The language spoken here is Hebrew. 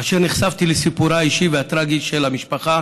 אשר נחשפתי לסיפורה האישי והטרגי של המשפחה